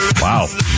Wow